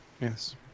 Yes